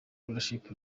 leadership